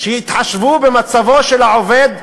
שיתחשבו במצבו של המעביד,